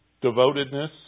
Devotedness